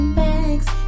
bags